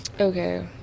Okay